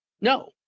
No